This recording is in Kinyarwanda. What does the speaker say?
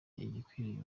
igikwiriye